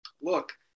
look